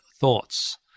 thoughts